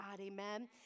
amen